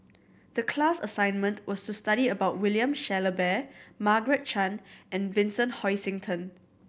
the class assignment was to study about William Shellabear Margaret Chan and Vincent Hoisington